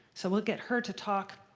so look at her to talk